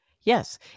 Yes